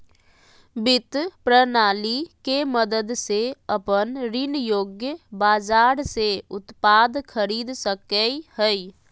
वित्त प्रणाली के मदद से अपन ऋण योग्य बाजार से उत्पाद खरीद सकेय हइ